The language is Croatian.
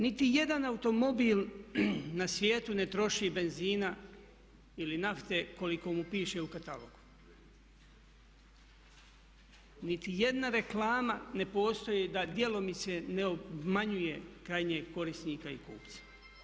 Niti jedan automobil na svijetu ne troši benzina ili nafte koliko mu piše u katalogu, niti jedna reklama ne postoji da djelomice ne obmanjuje krajnjeg korisnika i kupca.